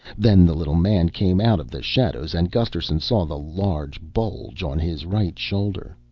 then the little man came out of the shadows and gusterson saw the large bulge on his right shoulder.